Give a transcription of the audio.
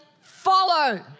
follow